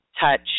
touch